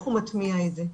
איך הוא מטמיע את זה.